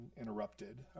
interrupted